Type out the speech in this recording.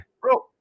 Bro